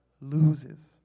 loses